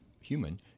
human